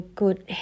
good